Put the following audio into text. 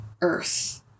earth